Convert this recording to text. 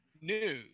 news